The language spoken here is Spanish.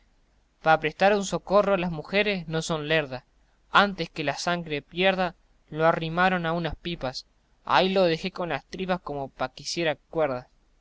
para prestar un socorro las mujeres no son lerdas antes que la sangre pierda lo arrimaron a unas pipas ahi lo dejé con las tripas como pa que hiciera cuerdas